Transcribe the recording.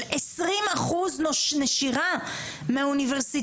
של עשרים אחוז נשירה מהאוניברסיטאות,